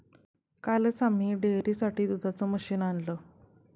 कालच आम्ही डेअरीसाठी दुधाचं मशीन आणलं